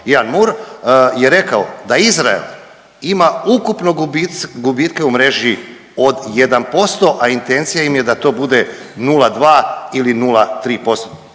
Ian Moor je rekao da Izrael im ukupno gubitke u mreži od 1%, a intencija im je da to bude 0,2 ili 0,3%